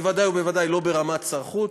בוודאי לא ברמת שר חוץ.